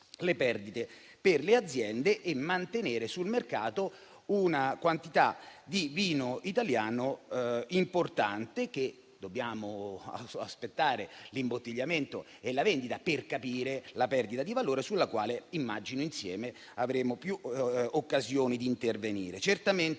le perdite per le aziende e mantenere sul mercato una quantità di vino italiano importante. Dobbiamo aspettare l'imbottigliamento e la vendita per capire la perdita di valore, sulla quale immagino insieme avremo più occasioni di intervenire. Certamente